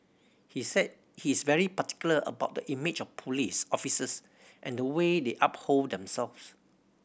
he said he is very particular about the image of police officers and the way they uphold themselves